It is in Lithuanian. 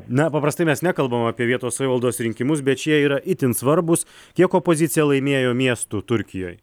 na paprastai mes nekalbam apie vietos savivaldos rinkimus bet šie yra itin svarbūs kiek opozicija laimėjo miestų turkijoj